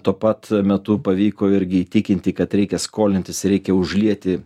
tuo pat metu pavyko irgi įtikinti kad reikia skolintis reikia užlieti